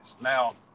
Now